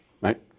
right